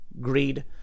greed